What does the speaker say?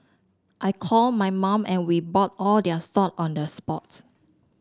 I called my mum and we bought all their sock on the spots